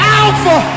alpha